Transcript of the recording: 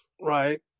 right